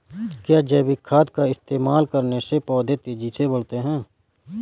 क्या जैविक खाद का इस्तेमाल करने से पौधे तेजी से बढ़ते हैं?